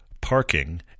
parking